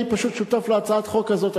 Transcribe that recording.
אני פשוט שותף להצעת חוק הזאת,